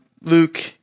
Luke